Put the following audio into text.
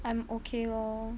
I'm okay lor